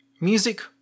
Music